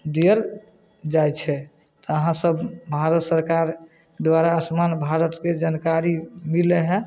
दिअल जाइ छै तऽ अहाँसभ भारत सरकार द्वारा आयुष्मान भारतके जानकारी मिलै हइ